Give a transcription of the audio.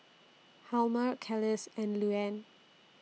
Hjalmer Kelis and Luanne